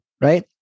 right